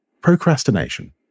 procrastination